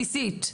בסיסית.